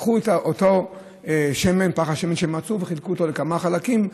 לקחו את אותו פך השמן שמצאו וחילקו אותו לכמה חלקים,